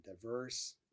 diverse